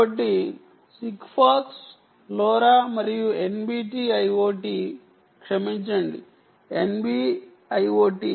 కాబట్టి Sigfox LoRa మరియు NB IoT క్షమించండి ఎన్బి ఐఒటి